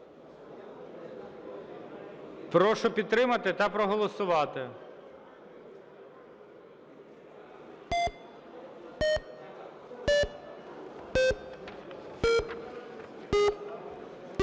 Прошу підтримати та проголосувати.